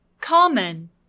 Common